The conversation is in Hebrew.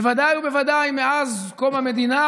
בוודאי ובוודאי מאז קום המדינה,